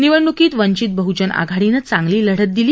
निवडण्कीत वंचित बहजन आघाडीनं चांगली लढत दिली